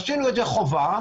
עשינו את זה חובה,